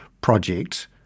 project